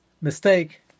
mistake